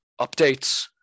updates